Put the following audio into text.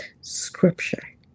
scripture